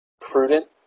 prudent